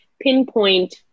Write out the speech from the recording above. pinpoint